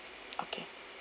okay